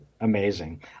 amazing